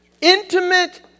intimate